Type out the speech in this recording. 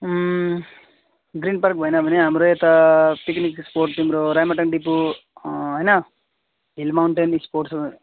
green park भएन भने हाम्रो यता पिक्निक स्पट तिम्रो राइमटाङ डिपु होइन हिल माउन्टेन स्पट्स